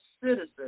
citizens